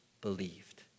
believed